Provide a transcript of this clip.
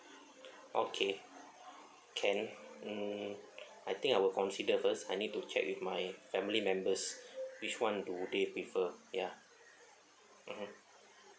okay can mm I think I will consider first I need to check with my family members which one do they prefer ya mmhmm